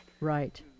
Right